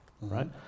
right